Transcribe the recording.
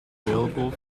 available